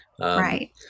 Right